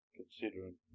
considering